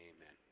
Amen